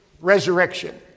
resurrection